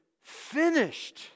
finished